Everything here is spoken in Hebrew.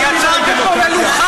אתם מבינים מה זו דמוקרטיה.